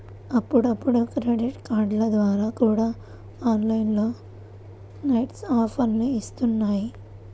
అప్పుడప్పుడు క్రెడిట్ కార్డుల ద్వారా కూడా ఆన్లైన్ సైట్లు ఆఫర్లని ఇత్తన్నాయి